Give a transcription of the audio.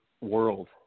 world